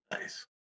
Nice